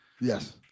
Yes